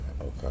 Okay